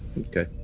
Okay